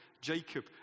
Jacob